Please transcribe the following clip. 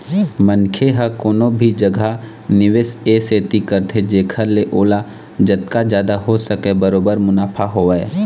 मनखे ह कोनो भी जघा निवेस ए सेती करथे जेखर ले ओला जतका जादा हो सकय बरोबर मुनाफा होवय